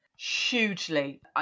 hugely